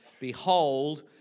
Behold